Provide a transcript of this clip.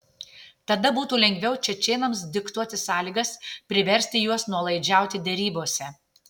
tada būtų lengviau čečėnams diktuoti sąlygas priversti juos nuolaidžiauti derybose